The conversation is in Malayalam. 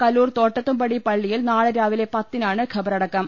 കലൂർ തോട്ടത്തും പടി പള്ളിയിൽ നാളെ രാവിലെ പത്തിനാണ് ഖബറടക്കം